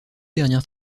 dernières